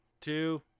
two